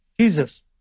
Jesus